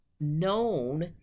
known